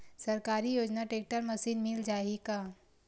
सरकारी योजना tractor machine मिल जाही का?